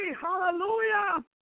Hallelujah